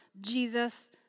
Jesus